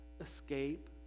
escape